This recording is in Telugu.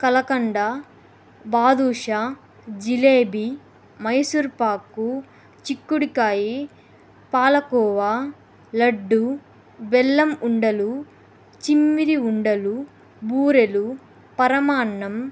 కలకండ బాదుష జిలేబీ మైసూర్పాకు చిక్కుడికాయి పాలకోవ లడ్డు బెల్లం ఉండలు చిమ్మిలి ఉండలు బూరెలు పరమాన్నం